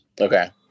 Okay